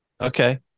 Okay